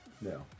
No